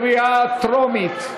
קריאה טרומית.